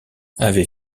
avait